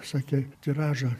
sakė tiražą